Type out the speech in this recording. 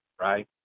Right